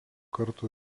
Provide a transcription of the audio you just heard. kartų